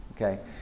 Okay